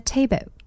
Table